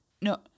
No